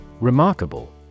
Remarkable